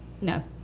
No